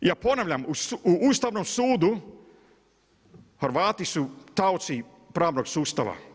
Ja ponavljam, u Ustavnom sudu, Hrvati su taoci pravnog sustava.